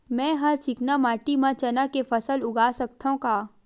मै ह चिकना माटी म चना के फसल उगा सकथव का?